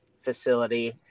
facility